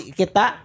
kita